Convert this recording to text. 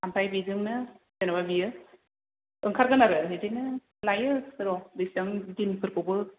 आमफाय बिजोंनो जेनबा बियो ओंखारगोन आरो बिदिनो लायो र बिसिबां दिनफोरखौबो